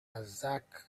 zach